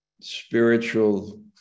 spiritual